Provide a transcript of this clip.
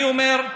אני אומר,